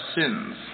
sins